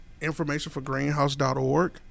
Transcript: informationforgreenhouse.org